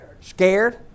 scared